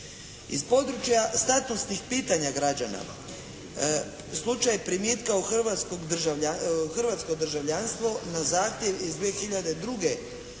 Iz područja statusnih pitanja građana slučaj primitka u hrvatsko državljanstvo na zahtjev iz 2002.